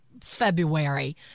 February